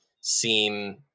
seem